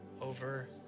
over